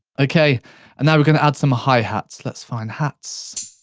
okay and now we're gonna add some high hats, let's find hats,